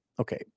Okay